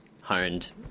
honed